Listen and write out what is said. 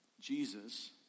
Jesus